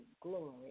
glory